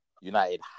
United